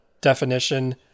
definition